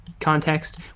context